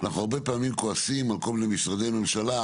אנחנו הרבה פעמים כועסים על כל מיני משרדי ממשלה